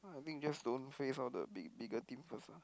I think just don't face all the big bigger team first ah